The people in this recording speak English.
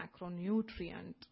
macronutrient